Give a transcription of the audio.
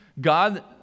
God